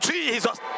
Jesus